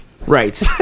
Right